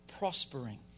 Prospering